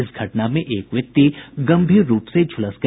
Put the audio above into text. इस घटना में एक व्यक्ति गंभीर रूप से झुलस गया